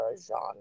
genre